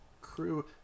crew